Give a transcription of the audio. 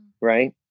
right